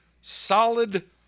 solid